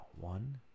one